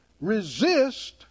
resist